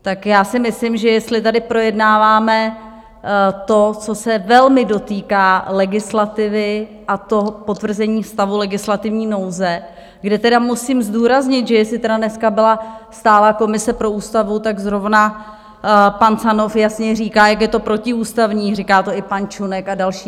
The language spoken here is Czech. Tak já si myslím, že jestli tady projednáváme to, co se velmi dotýká legislativy, a to potvrzení stavu legislativní nouze, kde tedy musím zdůraznit, že jestli tedy dneska byla stálá komise pro ústavu, tak zrovna pan Canov jasně říká, jak je to protiústavní, říká to i pan Čunek a další.